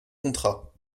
contrat